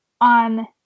on